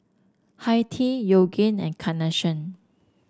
Hi Tea Yoogane and Carnation